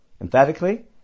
Emphatically